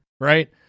right